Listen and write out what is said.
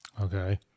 Okay